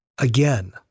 Again